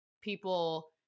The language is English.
people